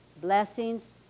blessings